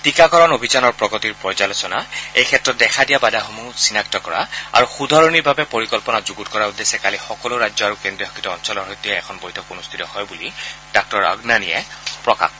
টীকাকৰণ অভিযানৰ প্ৰগতিৰ পৰ্যালোচনা এই ক্ষেত্ৰত দেখা দিয়া বাধাসমূহ চিনাক্ত কৰা আৰু শুধৰণিৰ বাবে পৰিকল্পনা যুণত কৰাৰ উদ্দেশ্যে কালি সকলো ৰাজ্য আৰু কেন্দ্ৰীয় শাসিত অঞ্চলৰ সৈতে এখন বৈঠক অনুষ্ঠিত হয় বুলি ডাঃ অগ্নানিয়ে প্ৰকাশ কৰে